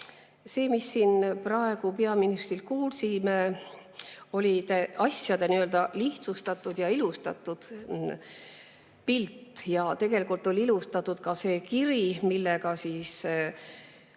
mida me siin praegu peaministrilt kuulsime, oli asjade nii‑öelda lihtsustatud ja ilustatud pilt, ja tegelikult oli ilustatud ka see kiri, millega